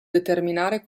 determinare